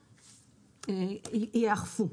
ייאכפו.